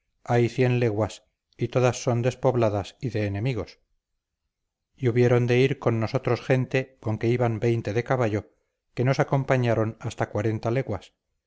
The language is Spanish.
residía hay cien leguas y todas son despobladas y de enemigos y hubieron de ir con nosotros gente con que iban veinte de caballo que nos acompañaron hasta cuarenta leguas